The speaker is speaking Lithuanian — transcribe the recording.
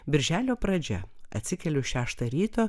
birželio pradžia atsikeliu šeštą ryto